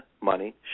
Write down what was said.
money